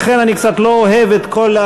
לכן אני קצת לא אוהב את כל,